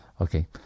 Okay